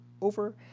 over